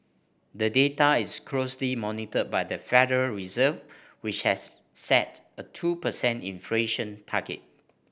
the data is closely monitored by the Federal Reserve which has set a two percent inflation target